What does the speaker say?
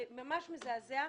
ממש מזעזע.